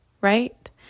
right